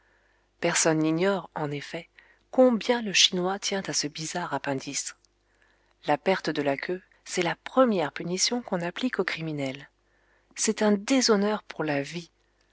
personne n'ignore en effet combien le chinois tient à ce bizarre appendice la perte de la queue c'est la première punition qu'on applique aux criminels c'est un déshonneur pour la vie